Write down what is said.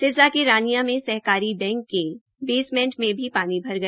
सिरसा के रानिया के सहकारी बैंक के बेसमेंट में पानी भर गया